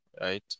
right